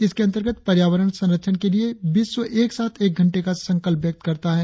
इसके अंतर्गत पर्यावरण संरक्षण के लिए विश्व एक साथ एक घंटे का संकल्प व्यक्त करता है